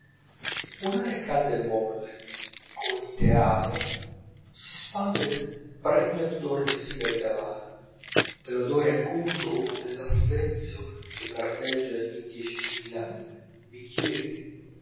un'aria calda e molle come di teatro si spande pregna d'odor di sigari d'avana dell'odore acuto dell'assenzio che verdeggia in diecimila bicchieri